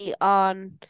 on